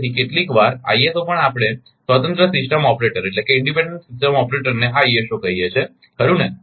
તેથી કેટલીકવાર ISO આપણે સ્વતંત્ર સિસ્ટમ ઓપરેટરને આ ISO કહીએ છે ખરુ ને